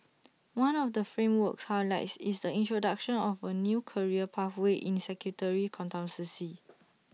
one of the framework's highlights is the introduction of A new career pathway in sectary consultancy